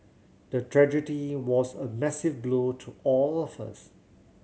the tragedy was a massive blow to all of us